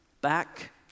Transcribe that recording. Back